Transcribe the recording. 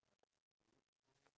iya mm